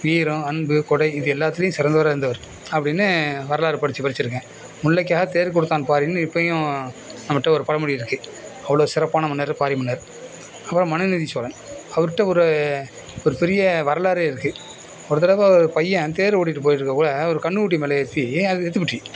வீரம் அன்பு கொடை இது எல்லாத்துலேயும் சிறந்தவரா இருந்தார் அப்படின்னு வரலாறு படித்து படித்திருக்கேன் முல்லைக்காக தேர் கொடுத்தான் பாரி இப்போயும் நம்மகிட்ட ஒரு பழமொழி இருக்குது அவ்வளோ சிறப்பான மன்னர் பாரி மன்னர் அப்றம் மனுநீதி சோழன் அவருட்ட ஒரு ஒரு பெரிய வரலாறே இருக்குது ஒரு தடவை அவர் பையன் தேர் ஒட்டிட்டு போயிட்டு இருக்கக்குள்ள ஒரு கன்றுக்குட்டி மேலே ஏற்றி அது செத்துபுட்டு